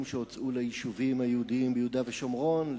שהוצאו ליישובים היהודיים ביהודה ושומרון,